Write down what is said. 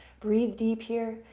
breathe deep here,